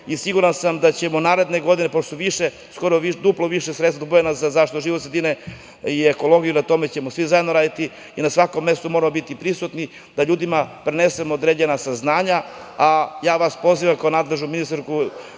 i siguran sam da ćemo naredne godine, pošto su duplo veća sredstva dobijena za zaštitu životne sredine i ekologiju, na tome ćemo svi zajedno raditi i na svakom mestu moram biti prisutni da ljudima prenesemo određena saznanja. Pozivam vas, kao nadležnu ministarku